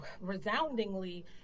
resoundingly